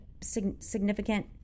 significant